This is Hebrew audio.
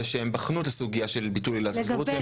זה שהם בחנו את הסוגייה של ביטול עילת הסבירות.